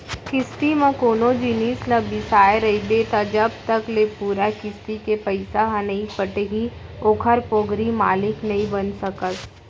किस्ती म कोनो जिनिस ल बिसाय रहिबे त जब तक ले पूरा किस्ती के पइसा ह नइ पटही ओखर पोगरी मालिक नइ बन सकस